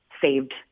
saved